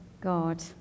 God